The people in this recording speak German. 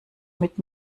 mit